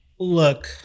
Look